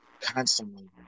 Constantly